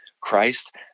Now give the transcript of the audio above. Christ